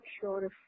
sure